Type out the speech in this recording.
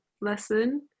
lesson